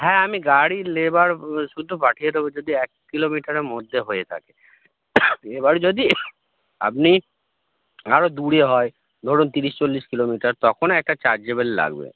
হ্যাঁ আমি গাড়ি লেবার সুদ্ধ পাঠিয়ে দেবো যদি এক কিলোমিটারের মধ্যে হয়ে থাকে এবার যদি আপনি আরও দূরে হয়ে ধরুন তিরিশ চল্লিশ কিলোমিটার তখন একটা চার্জেবেল লাগবে